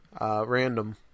random